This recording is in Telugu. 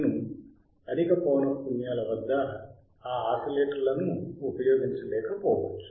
నేను అధిక పౌనఃపున్యాల వద్ద ఆ ఆసిలేటర్లను ఉపయోగించలేకపోవచ్చు